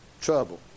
trouble